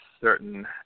certain